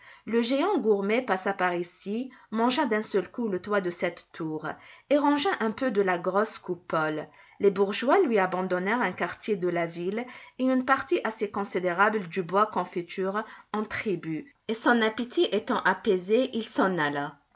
le géant gourmet passa par ici mangea d'un seul coup le toit de cette tour et rongea un peu de la grosse coupole les bourgeois lui abandonnèrent un quartier de la ville et une partie assez considérable du bois confiture en tribut et son appétit étant apaisé il s'en alla